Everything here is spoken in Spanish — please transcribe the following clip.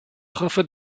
jefe